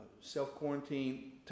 self-quarantine